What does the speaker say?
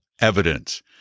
evidence